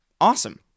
awesome